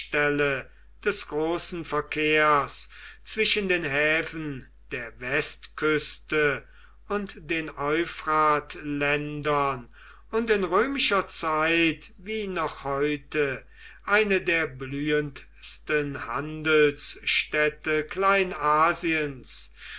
des großen verkehrs zwischen den häfen der westküste und den euphratländern und in römischer zeit wie noch heute eine der blühendsten handelsstädte